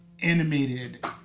animated